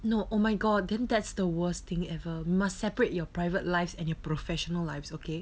no oh my god then that's the worst thing ever must separate your private lives and your professional lives okay